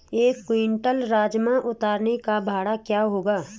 एक क्विंटल राजमा उतारने का भाड़ा क्या होगा?